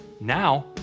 Now